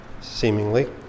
seemingly